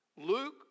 Luke